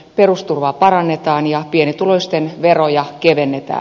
perusturvaa parannetaan ja pienituloisten veroja kevennetään